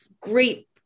great